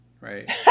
right